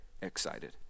excited